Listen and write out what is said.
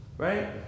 Right